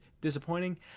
disappointing